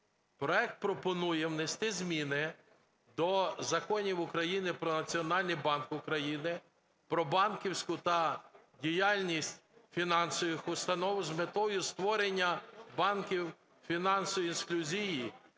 Проект пропонує внести зміни до законів України про "Національний банк України", про банківську та діяльність фінансових установ з метою створення банків фінансової інклюзії.